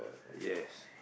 yes